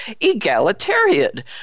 egalitarian